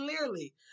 clearly